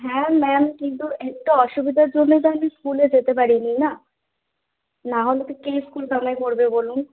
হ্যাঁ ম্যাম কিন্তু একটু অসুবিধার জন্যই তো আমি তো স্কুলে যেতে পারিনি না না হলে তো কে স্কুল কামাই করবে বলুন